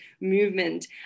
movement